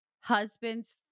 husband's